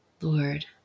Lord